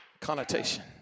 connotation